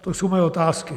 To jsou moje otázky.